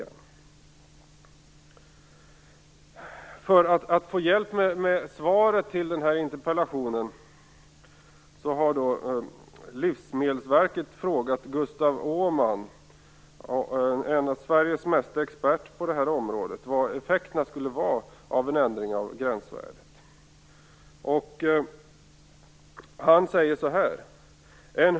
För att få hjälp med svaret på interpellationen har Livsmedelsverket frågat Gustav Åhman, en av Sveriges främsta experter på området, vad effekterna av en ändring av gränsvärdet skulle bli.